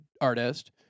artist